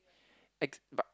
ex but